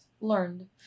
learned